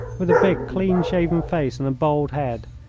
with a big, clean-shaven face and a bald head,